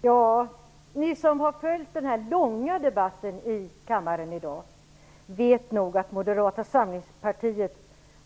Herr talman! Ni som har följt den här långa debatten i kammaren i dag vet nog att Moderata samlingspartiet